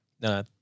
No